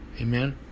Amen